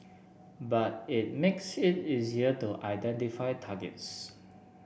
but it makes it easier to identify targets